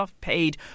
paid